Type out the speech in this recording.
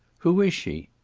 who is she?